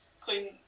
clean